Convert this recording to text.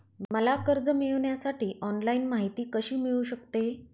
मला कर्ज मिळविण्यासाठी ऑनलाइन माहिती कशी मिळू शकते?